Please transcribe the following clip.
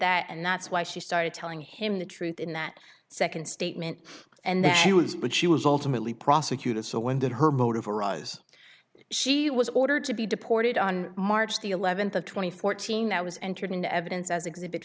that and that's why she started telling him the truth in that second statement and that it was but she was ultimately prosecuted so when did her motive arise she was ordered to be deported on march the eleventh of two thousand and fourteen that was entered into evidence as exhibit